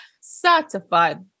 certified